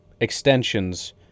extensions